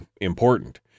important